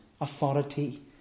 authority